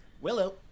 Willow